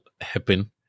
happen